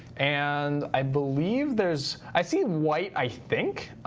and i believe there's i see white, i think.